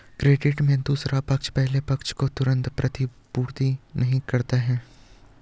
credit में दूसरा पक्ष पहले पक्ष को तुरंत प्रतिपूर्ति नहीं करता है